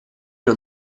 non